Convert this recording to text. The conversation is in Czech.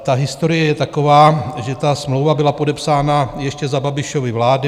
Ta historie je taková, že smlouva byla podepsána ještě za Babišovy vlády.